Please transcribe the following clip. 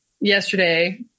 yesterday